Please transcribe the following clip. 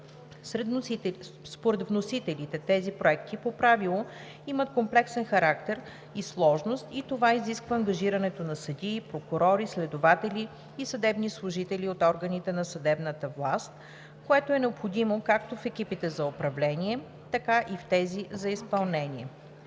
Според вносителите тези проекти по правило имат комплексен характер и сложност и това изисква ангажирането на съдии, прокурори, следователи и съдебни служители от органите на съдебната власт, което е необходимо както в екипите за управление, така и в тези за изпълнение.